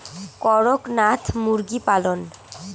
করকনাথ মুরগি পালন?